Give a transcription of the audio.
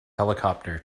helicopter